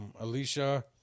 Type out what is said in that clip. Alicia